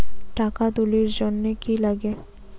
টাকা তুলির জন্যে কি লাগে?